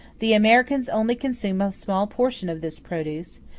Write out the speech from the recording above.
the americans only consume a small portion of this produce,